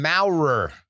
Maurer